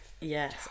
Yes